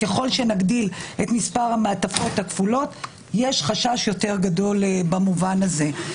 ככל שנגדיל את מספר המעטפות הכפולות יש חשש גדול יותר במובן הזה.